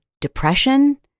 depression